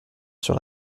sur